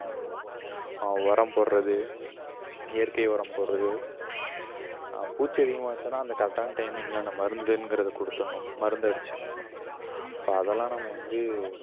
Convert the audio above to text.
உரம் போடுறது இயற்கை உரம் போடுறது பூச்சி அதிகமாக வந்ததுனா அந்த கரெக்டான டைமிங்கில் அந்த மருந்துங்கிறது கொடுத்துட்ணும் மருந்து அடிச்சிடணும் பா அதெல்லாம் நம்ம வந்து